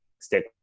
stick